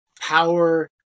power